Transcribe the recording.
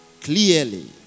clearly